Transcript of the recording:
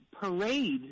parade